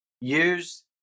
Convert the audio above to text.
Use